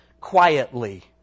quietly